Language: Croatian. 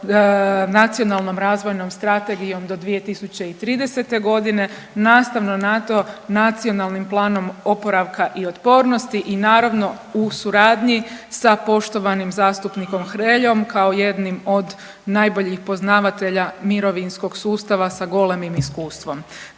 Nacionalnom razvojnom strategijom do 2030. godine, nastavno na to Nacionalnim planom oporavka i otpornosti i naravno u suradnji sa poštovanim zastupnikom Hreljom kao jednim od najboljih poznavatelja mirovinskog sustava sa golemim iskustvom.